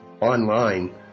online